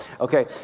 Okay